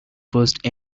first